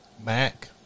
Mac